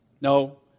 No